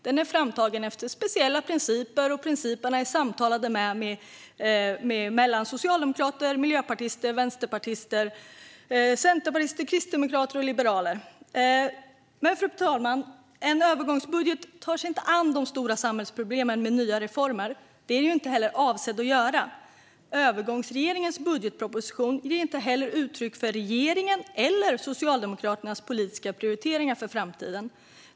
Den är framtagen efter speciella principer som har förhandlats fram mellan socialdemokrater, miljöpartister, vänsterpartister, centerpartister, kristdemokrater och liberaler. Fru talman! En övergångsbudget tar sig inte an de stora samhällsproblemen med nya reformer. Det är den inte heller avsedd att göra. Övergångsregeringens budgetproposition ger inte uttryck för regeringens eller Socialdemokraternas politiska prioriteringar för framtiden.